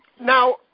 Now